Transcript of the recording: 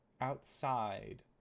outside